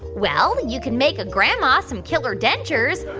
well, you can make a grandma some killer dentures,